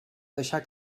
deixar